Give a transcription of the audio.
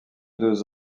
deux